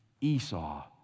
Esau